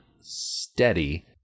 steady